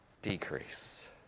decrease